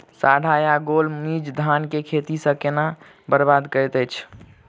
साढ़ा या गौल मीज धान केँ खेती कऽ केना बरबाद करैत अछि?